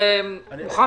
הרב